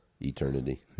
eternity